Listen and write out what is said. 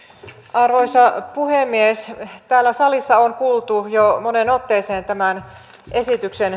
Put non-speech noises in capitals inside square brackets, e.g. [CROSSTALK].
arvoisa puhemies täällä salissa on kuultu jo moneen otteeseen tämän esityksen [UNINTELLIGIBLE]